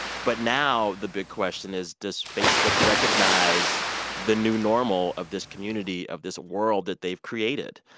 but now the big question is, does facebook recognize the new normal of this community, of this world that they've created?